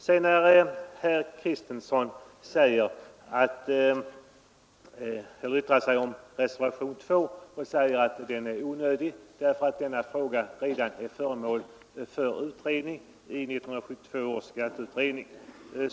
Herr Kristenson säger att reservationen 2 är onödig därför att denna fråga redan är föremål för utredning i 1972 års skatteutredning.